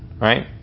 Right